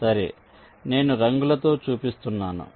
సరే నేను రంగులతో చూపిస్తున్నాను